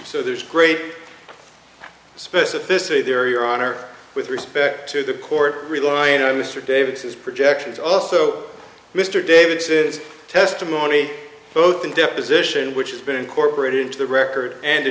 so there's great specificity there your honor with respect to the court relying on mr davis's projections also mr davidson is testimony both in deposition which has been incorporated into the record and the